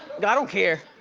and don't care.